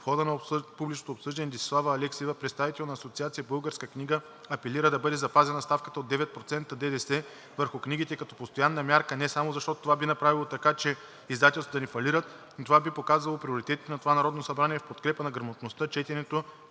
В хода на публичното обсъждане Десислава Алексиева, представител на Асоциация „Българска книга“, апелира да бъде запазена ставката от 9% ДДС върху книгите като постоянна мярка не само защото това би направило така, че издателствата да не фалират, но това би показало приоритетите на това Народно събрание в подкрепа на грамотността, четенето